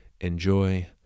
enjoy